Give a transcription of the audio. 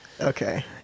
okay